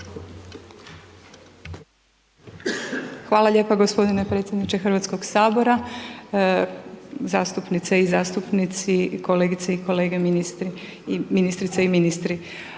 Hvala lijepa gospodine predsjedničke Hrvatskog sabora, zastupnice i zastupnici, kolegice i kolegi ministri i ministrice